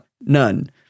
none